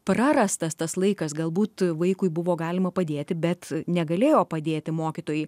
prarastas tas laikas galbūt vaikui buvo galima padėti bet negalėjo padėti mokytojui